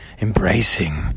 embracing